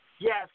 Yes